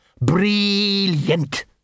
Brilliant